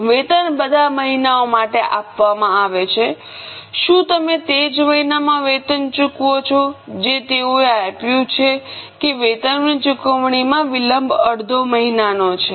વેતન બધા મહિનાઓ માટે આપવામાં આવે છે શું તમે તે જ મહિનામાં વેતન ચૂકવો છો જે તેઓએ આપ્યું છે કે વેતનની ચુકવણીમાં વિલંબ અડધો મહિનાનો છે